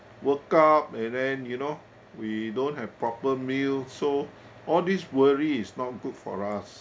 worked up and then you know we don't have proper meal so all these worry is not good for us